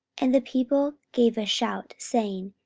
and the people gave a shout, saying,